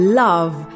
love